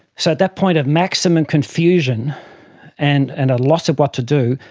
so at that point of maximum confusion and and a loss of what to do,